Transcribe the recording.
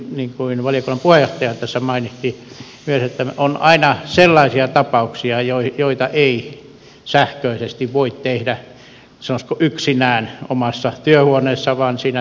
niin kuin valiokunnan puheenjohtaja tässä myös mainitsi on aina sellaisia tapauksia joita ei sähköisesti voi tehdä sanoisiko yksinään omassa työhuoneessa vaan siinä tarvitaan asiantuntemusta